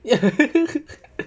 ya